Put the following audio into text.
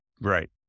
Right